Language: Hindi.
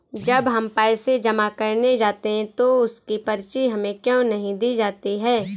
जब हम पैसे जमा करने जाते हैं तो उसकी पर्ची हमें क्यो नहीं दी जाती है?